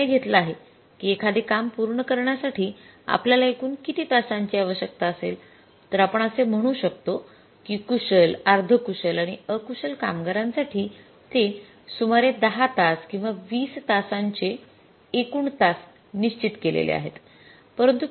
आपण निर्णय घेतला आहे कि एखादे काम पूर्ण करण्यासाठी आपल्याला एकूण किति तासांची आवश्यकता असेल तर आपण असे म्हणू शकतो कि कुशल अर्धकुशल आणि अकुशल कामगारांसाठी सुमारे 10 तास किंवा 20 तासांचे एकूण तास निश्चित केलेले आहेत